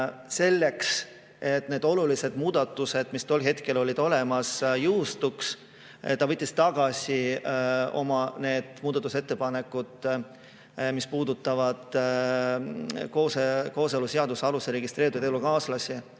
selleks, et need olulised muudatused, mis tol hetkel olid [plaanis], jõustuks, võtta tagasi need muudatusettepanekud, mis puudutasid kooseluseaduse alusel registreeritud elukaaslasi. Mind